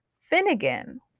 Finnegan